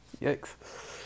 Yikes